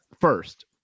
First